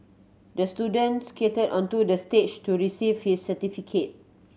the student skated onto the stage to receive his certificate